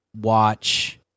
watch